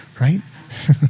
right